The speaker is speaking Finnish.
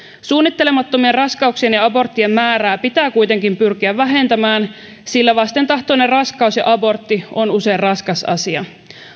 suunnittelemattomien raskauksien ja aborttien määrää pitää kuitenkin pyrkiä vähentämään sillä vastentahtoinen raskaus ja abortti on usein raskas asia